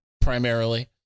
primarily